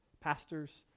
Pastors